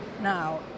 Now